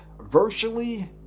virtually